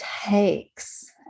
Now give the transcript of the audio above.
takes